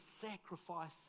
sacrifice